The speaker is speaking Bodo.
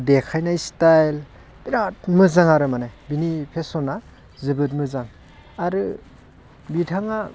देखायनाय स्टाइल बिरात मोजां आरो माने बिनि फेसना जोबोद मोजां आरो बिथाङा